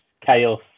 chaos